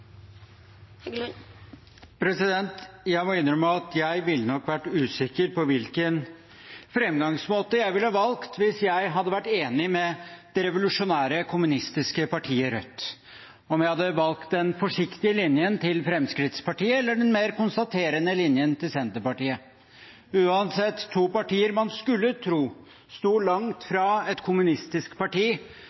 Jeg må innrømme at jeg ville nok vært usikker på hvilken fremgangsmåte jeg ville valgt hvis jeg hadde vært enig med det revolusjonære, kommunistiske partiet Rødt – om jeg hadde valgt den forsiktige linjen til Fremskrittspartiet, eller den mer konstaterende linjen til Senterpartiet. Uansett er det to partier man skulle tro sto langt fra et kommunistisk parti,